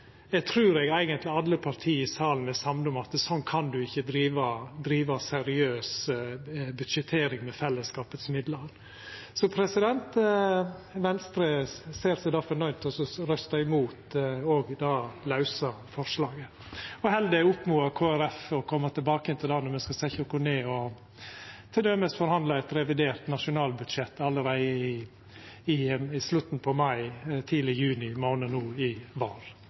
trur eg eigentleg alle parti i salen er samde om at slik kan ein ikkje driva seriøs budsjettering med fellesskapets midlar. Venstre ser seg derfor nøydd til å røysta imot òg det lause forslaget, og oppmodar heller Kristeleg Folkeparti til å koma tilbake til det når me skal setja oss ned og t.d. forhandla om eit revidert nasjonalbudsjett allereie i slutten av mai eller tidleg i juni månad no i